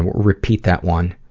repeat that one.